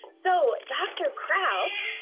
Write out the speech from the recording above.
so, dr krause,